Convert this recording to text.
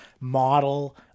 model